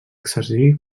exercir